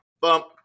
Bump